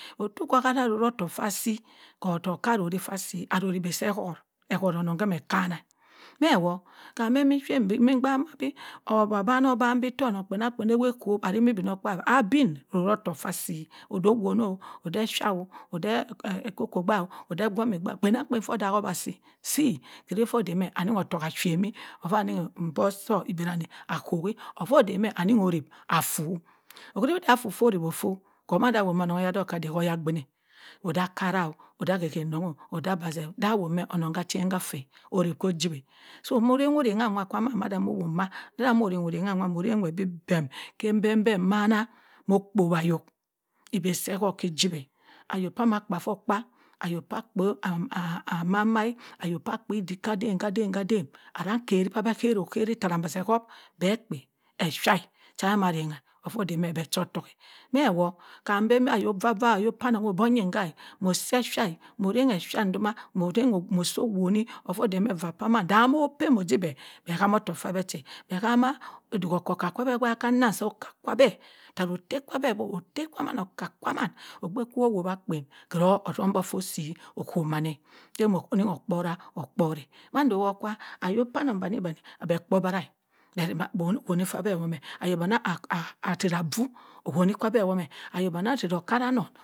Otu ha vah roh rohtohk fah si koh otohk ha rori fah si aro ori beh keh holt eholt onong kohmohkanah meh woh kam mimsi bam bi owoh abanoban bi tey onong kpenangkpen oweh koh ari mi igbimogkpaabi agbin roh rohtohk fah si odd oh wuno oddoh esha oh odden okoko bao odey egwomi baow kpenangkpen feh daho bah si, sih odey foh deymeh ani otohk ashemi ovah ani mborg soh ibeh danni akohi ovoh dey meh ani orip afu ohuri afu foh orip afu koh mah dah womah onongheya dohk kah dey koh yagbin eh odah kah rah odah ahehe nongho oddah abazeh dah woh meh onong ha chen ha fue orip koh jiweh so moh ronghe orengha mah kwann moh who mah dadah moh renghorangha wah moh renghe bi beem khe bem beem manah moh kpowa yoh ebay sth hot ki jiway oyo kah mah kpa ayohkpa ayo kah kpo am mai mai uyo kah kpo iddik kah dem kah dem arangkheri kabeh kereri tarah obazehub beh kpay esha kah abeh mah rengha ovoh dey meh beh cho tohk eh meh woh kam bembi ayo vah vah ayo panong oh bong yingha moh seh sha moh renghe sha duma moh soh woni ovoh dey meh vuh saman damoh moh kpay moh jibeh beh hamoh tohk kah beh che beh hamah odik okah kah kabeh gba handnam hoh kahr sabeh taro ottey sabeh ottey saman okar kwam ogbe kwo woh wa kpen kehro ozum borgk foh si okoh mahn eh teymoh onioh kporah okporeh mahndowo kwa ayo kpanong bani bani beh kpo obara eh bong owuni sa bong womeh ayo bani akeraha vuh owoni kabeh wome ayobaning ache de okaranong